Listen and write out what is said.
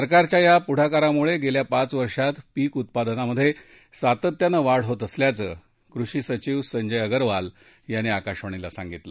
सरकारच्या या पुढाकारामुळे गेल्या पाच वर्षात पिक उत्पादनात सातत्यानं वाढ होत असल्याचं कृषी सचीव संजय अगरवाल यांनी आकाशवाणीला सांगितलं